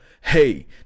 Hey